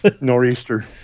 Nor'easter